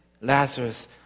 Lazarus